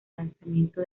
lanzamiento